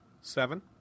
Seven